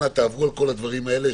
אנא תעברו על כל הדברים האלה.